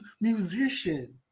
musician